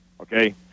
okay